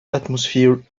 atmosphere